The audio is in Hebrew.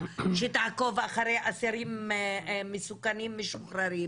שתעקוב אחרי אסירים מסוכנים משוחררים,